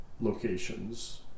locations